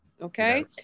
Okay